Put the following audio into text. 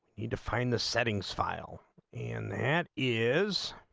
you define the settings filed and that is